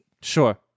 Sure